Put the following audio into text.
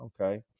Okay